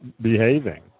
behaving